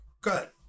good